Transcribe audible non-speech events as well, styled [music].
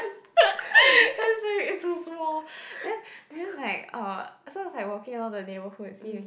[laughs] it's like it's so small and then and then like uh so I was walking around the neighborhood and see